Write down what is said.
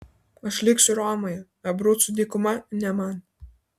aš liksiu romoje abrucų dykuma ne man